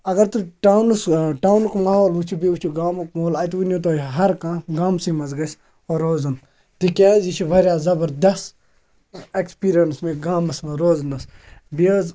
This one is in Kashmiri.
اگر تُہۍ ٹاونَس ٹاونُک ماحول وٕچھِو بیٚیہِ وٕچھِو گامُک ماحول اَتہِ ؤنِو تُہۍ ہَر کانٛہہ گامسٕے منٛز گَژھِ روزُن تِکیٛازِ یہِ چھِ واریاہ زَبَردَس اٮ۪کسپیٖریَنٕس مےٚ گامَس منٛز روزنَس بیٚیہِ حظ